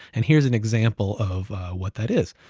and here's an example of what that is,